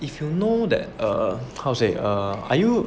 if you know that err how to say err are you